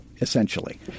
essentially